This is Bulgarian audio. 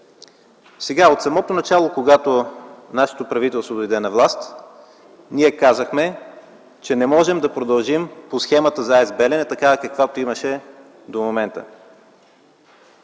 От самото начало, когато нашето правителство дойде на власт, ние казахме, че не можем да продължим по схемата за АЕЦ „Белене” такава, каквато имаше до момента.